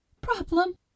problem